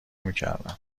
میکردم